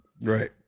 Right